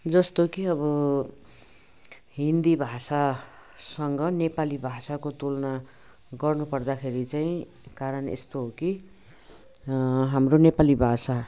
जस्तो कि अब हिन्दी भाषासँग नेपाली भाषाको तुलना गर्नुपर्दाखेरि चाहिँ कारण यस्तो हो कि हाम्रो नेपाली भाषा